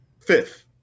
fifth